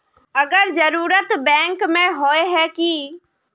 अगर जरूरत बैंक में होय है की?